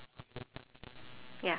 ya